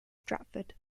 stratford